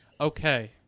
Okay